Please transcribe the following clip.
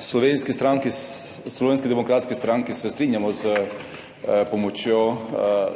Slovenski demokratski stranki se strinjamo s pomočjo